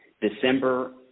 December